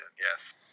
yes